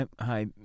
hi